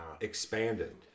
Expanded